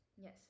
yes